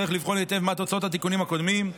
צריך לבחון היטב מה תוצאות התיקונים הקודמים,